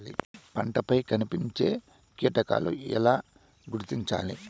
పంటలపై కనిపించే కీటకాలు ఎలా గుర్తించాలి?